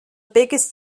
biggest